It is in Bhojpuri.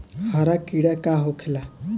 हरा कीड़ा का होखे ला?